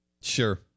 Sure